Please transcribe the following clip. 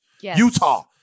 Utah